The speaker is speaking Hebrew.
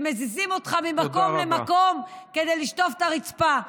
שמזיזים אותו ממקום למקום כדי לשטוף את הרצפה,